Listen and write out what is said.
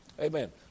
Amen